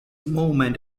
movement